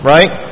Right